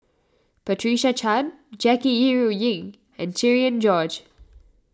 Patricia Chan Jackie Yi Ru Ying and Cherian George